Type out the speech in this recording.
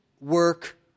work